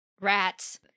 rats